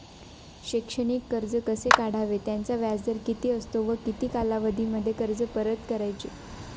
शैक्षणिक कर्ज कसे काढावे? त्याचा व्याजदर किती असतो व किती कालावधीमध्ये कर्ज परत करायचे?